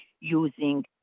using